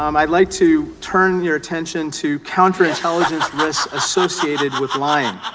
um i'd like to turn your attention two counterintelligence risks associated with flying